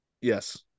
yes